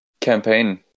campaign